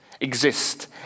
exist